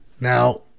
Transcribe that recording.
Now